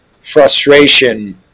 frustration